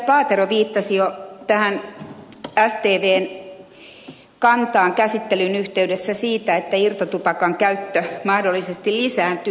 paatero viittasi jo tähän stvn kantaan käsittelyn yhteydessä siitä että irtotupakan käyttö mahdollisesti lisääntyy